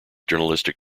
journalistic